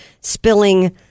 spilling